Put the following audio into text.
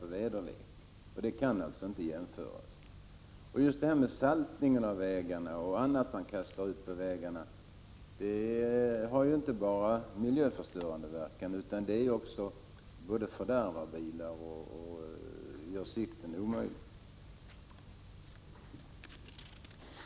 Förhållandena kan alltså inte jämföras. Salt och annat material som kastas ut på vägarna har inte bara miljöförstörande verkan, utan de fördärvar också bilar, liksom de gör sikten omöjlig.